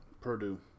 Purdue